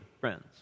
friends